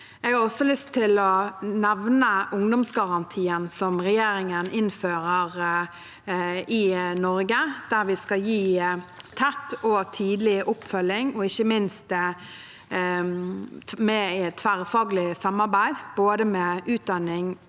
lyst til å nevne ungdomsgarantien som regjeringen innfører i Norge, der vi skal gi tett og tidlig oppfølging og ikke minst et tverrfaglig samarbeid med både